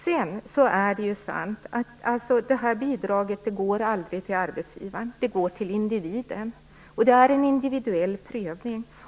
Sedan är det sant att det här bidraget aldrig går till arbetsgivaren, utan det går till individen och det görs en individuell prövning.